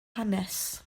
hanes